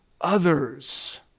others